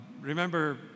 remember